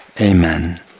amen